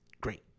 Great